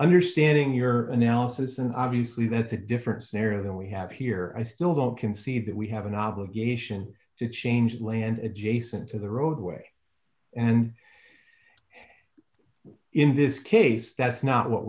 understanding your analysis and obviously that's a different scenario than we have here i still don't concede that we have an obligation to change land adjacent to the roadway and in this case that's not what